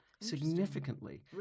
significantly